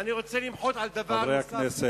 ואני רוצה למחות על דבר נוסף.